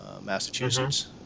Massachusetts